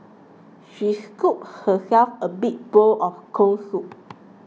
she scooped herself a big bowl of Corn Soup